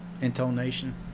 intonation